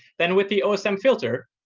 then with the osm filter,